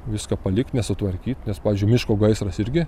viską palikt nesutvarkyt nes pavyzdžiui miško gaisras irgi